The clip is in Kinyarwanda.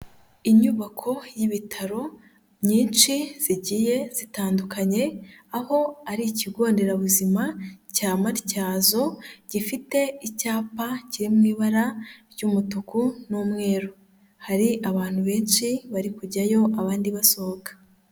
Inyubako y'ibitaro nyinshi zigiye zitandukanye aho ari ikigo nderabuzima cya Matyazo gifite icyapa kiri mu ibara ry'umutuku n'umweru, hari abantu benshi bari kujyayo abandi basohoka.